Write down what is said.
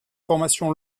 formation